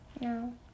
No